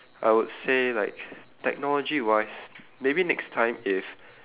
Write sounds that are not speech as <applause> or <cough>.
I would say like <breath> technology wise maybe next time if